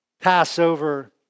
Passover